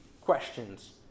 questions